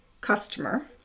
customer